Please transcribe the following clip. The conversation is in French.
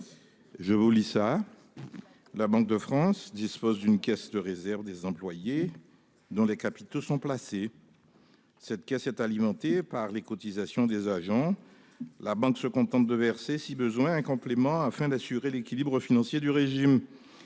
de droite :« La Banque de France dispose d'une caisse de réserve des employés dont les capitaux sont placés. Cette caisse est alimentée par les cotisations des agents. La Banque se contente de verser si besoin un complément afin d'assurer l'équilibre financier du régime.